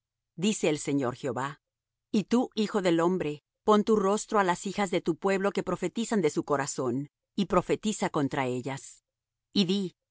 dice el señor jehová y tú hijo del hombre pon tu rostro á las hijas de tu pueblo que profetizan de su corazón y profetiza contra ellas y di